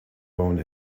bone